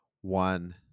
one